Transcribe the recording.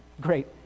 great